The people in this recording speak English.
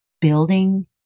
building